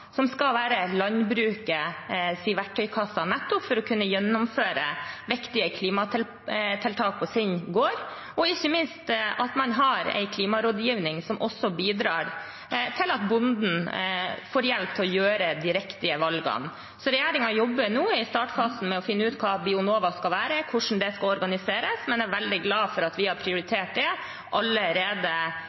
som skal være landbrukets verktøykasse, nettopp for å kunne gjennomføre viktige klimatiltak på egen gård, og ikke minst at man har en klimarådgivning som også bidrar til at bonden får hjelp til å gjøre de riktige valgene. Så regjeringen jobber nå i startfasen med å finne ut hva Bionova skal være og hvordan det skal organiseres. Jeg er veldig glad for at vi har prioritert det allerede